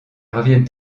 reviennent